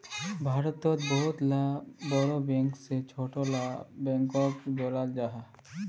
भारतोत बहुत ला बोड़ो बैंक से छोटो ला बैंकोक जोड़ाल जाहा